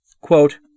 Quote